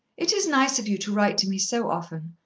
it is nice of you to write to me so often.